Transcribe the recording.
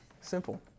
Simple